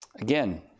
Again